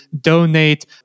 donate